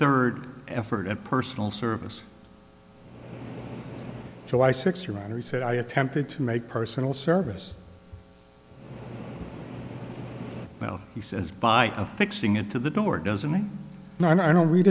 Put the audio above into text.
third effort and personal service july sixteenth he said i attempted to make personal service well he says by fixing it to the door doesn't mean that i don't read